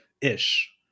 ish